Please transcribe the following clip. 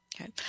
Okay